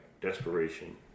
Desperation